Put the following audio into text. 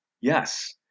Yes